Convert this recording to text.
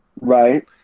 right